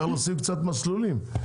להוסיף קצת מסלולים.